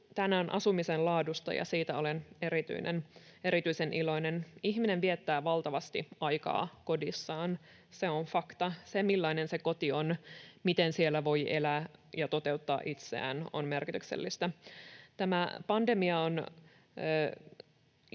tänään asumisen laadusta, ja siitä olen erityisen iloinen. Ihminen viettää valtavasti aikaa kodissaan. Se on fakta. Se, millainen se koti on, miten siellä voi elää ja toteuttaa itseään, on merkityksellistä. Tämä pandemia on